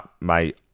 mate